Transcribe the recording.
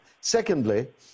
Secondly